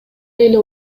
эле